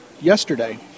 yesterday